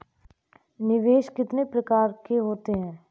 निवेश कितने प्रकार के होते हैं?